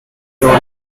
torn